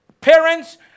Parents